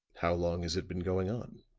how long has it been going on?